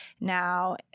now